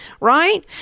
right